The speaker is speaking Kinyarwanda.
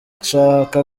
zishaka